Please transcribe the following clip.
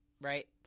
right